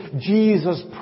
Jesus